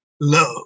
love